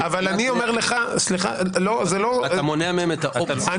אתה מונע מהם את האופציה.